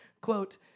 Quote